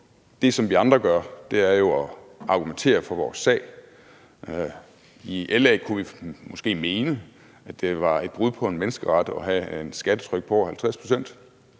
Det, som vi andre gør, er jo at argumentere for vores sag. I LA kunne vi måske mene, at det var et brud på en menneskeret at have et skattetryk på over 50 pct.,